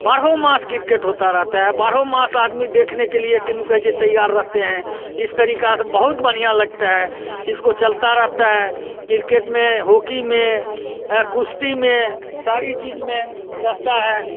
बारहों मास किर्केट होता रहता है बारहों मास आदमी देखने के लिए तैयार रहते हैं इस तरीक़े से बहुत बढ़िया लगता है इसका चलता रहता है किर्केट में होकी में कुश्ती में सारी चीज़ में रहता है